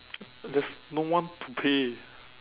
there's no one to pay